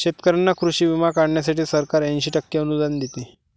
शेतकऱ्यांना कृषी विमा काढण्यासाठी सरकार ऐंशी टक्के अनुदान देते